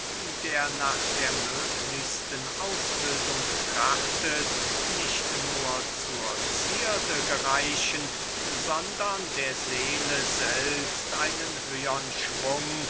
der nach der möglichsten ausbildung trachtet nicht nur zur zierde gereichen sondern der seele selbst einen höhern schwung